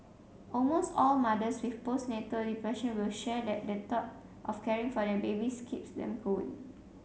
almost all mothers with postnatal depression will share that the thought of caring for their babies keeps them going